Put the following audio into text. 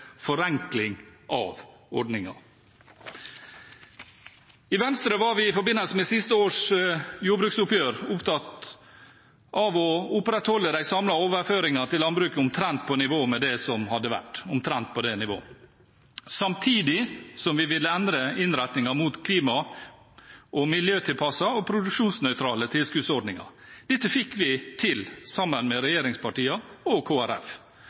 forenkling av ordningen. I Venstre var vi i forbindelse med siste års jordbruksoppgjør opptatt av å opprettholde de samlede overføringene til landbruket omtrent på nivå med det som hadde vært, samtidig som vi vil endre innretningen mot klima- og miljøtilpassede og produksjonsnøytrale tilskuddsordninger. Dette fikk vi til sammen med regjeringspartiene og